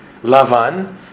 Lavan